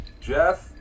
Jeff